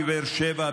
בבאר שבע,